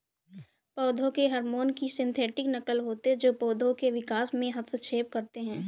पौधों के हार्मोन की सिंथेटिक नक़ल होते है जो पोधो के विकास में हस्तक्षेप करते है